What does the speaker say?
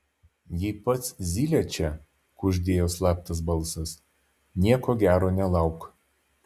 jei pats zylė čia kuždėjo slaptas balsas nieko gero nelauk